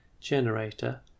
generator